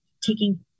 taking